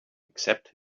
except